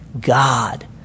God